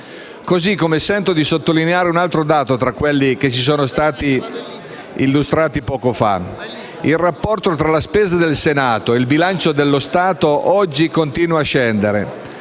Così come sento di sottolineare un altro dato tra quelli che ci sono stati illustrati poco fa: il rapporto tra la spesa del Senato e il bilancio dello Stato oggi continua a scendere